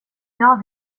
vet